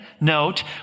note